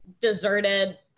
deserted